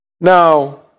Now